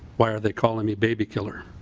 why are they calling me baby killer?